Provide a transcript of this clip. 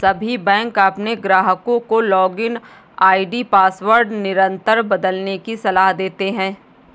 सभी बैंक अपने ग्राहकों को लॉगिन आई.डी पासवर्ड निरंतर बदलने की सलाह देते हैं